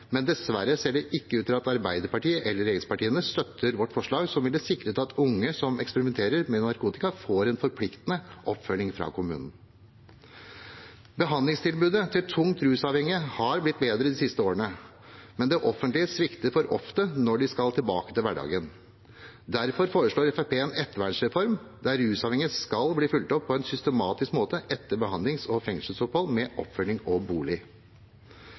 Dessverre ser det ikke ut til at Arbeiderpartiet eller regjeringspartiene støtter vårt forslag som ville sikret at unge som eksperimenterer med narkotika, får en forpliktende oppfølging fra kommunene. Behandlingstilbudet til tungt rusavhengige har blitt bedre de siste årene, men det offentlige svikter for ofte når de skal tilbake til hverdagen. Derfor foreslår Fremskrittspartiet en ettervernsreform, der rusavhengige skal bli fulgt opp på en systematisk måte etter behandlings- og fengselsopphold, med oppfølging og bolig.